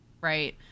right